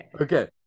okay